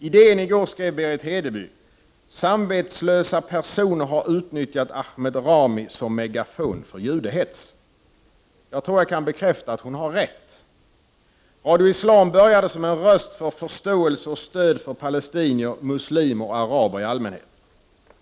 I DN i går skrev Berit Hedeby: ”Samvetslösa personer har utnyttjat Ahmed Rami som megafon för judehets”. Jag tror jag kan bekräfta att hon har rätt. Radio Islam började som en röst för förståelse och stöd för palestinier, muslimer och araber i allmänhet.